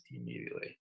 immediately